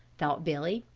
thought billy,